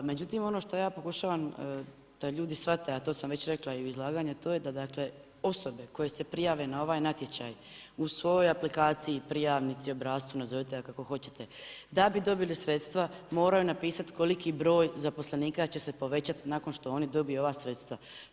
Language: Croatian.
Međutim, ono što ja pokušavam da ljudi shvate a to sam već rekla i u izlaganju a to je da dakle osobe koje se prijave na ovaj natječaj u svojoj aplikaciji, prijavnici, obrascu, nazovite je kako hoćete, da bi dobili sredstva moraju napisati koliki broj zaposlenika će se povećati nakon što oni dobiju ova sredstva.